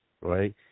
right